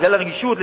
בגלל הרגישות,